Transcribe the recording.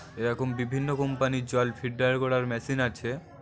এরকম বিভিন্ন কোম্পানির জল ফিল্টার করার মেশিন আছে